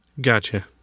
gotcha